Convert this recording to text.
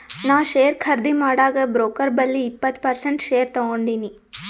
ನಾ ಶೇರ್ ಖರ್ದಿ ಮಾಡಾಗ್ ಬ್ರೋಕರ್ ಬಲ್ಲಿ ಇಪ್ಪತ್ ಪರ್ಸೆಂಟ್ ಶೇರ್ ತಗೊಂಡಿನಿ